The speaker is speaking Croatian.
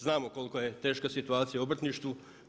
Znamo koliko je teška situacija u obrtništvu.